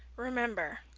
remember,